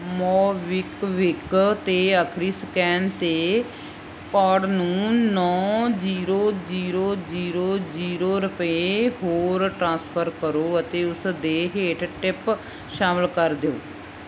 MobiKwik 'ਤੇ ਆਖਰੀ scan 'ਤੇ ਕੋਡ ਨੂੰ ਨੌਂ ਜੀਰੋ ਜੀਰੋ ਜੀਰੋ ਜੀਰੋ ਰੁਪਏ ਹੋਰ ਟ੍ਰਾਂਸਫਰ ਕਰੋ ਅਤੇ ਉਸ ਦੇ ਹੇਠ ਟਿਪ ਸ਼ਾਮਲ ਕਰ ਦਿਓ